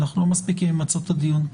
אנחנו לא מספיקים למצות את הדיון.